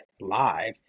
live